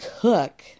cook